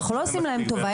אנחנו לא עושים להם טובה.